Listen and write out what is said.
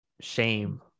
shame